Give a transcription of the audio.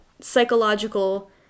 psychological